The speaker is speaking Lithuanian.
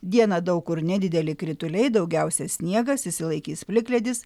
dieną daug kur nedideli krituliai daugiausia sniegas išsilaikys plikledis